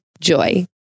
Joy